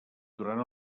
durant